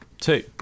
two